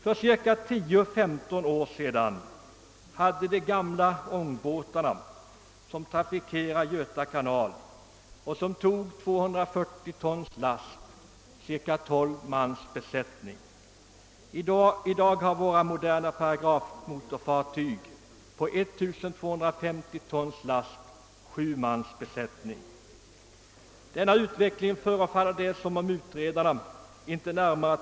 För 10—15 år sedan hade de gamla ångbåtarna, som trafikerade Göta kanal och tog 240 tons last, cirka 12 mans besättning. I dag har de moderna paragrafmotorfartygen på 1250 ton en besättning på 7 man.